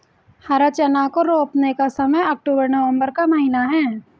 हरा चना को रोपने का समय अक्टूबर नवंबर का महीना है